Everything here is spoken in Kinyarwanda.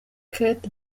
kate